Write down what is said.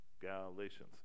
galatians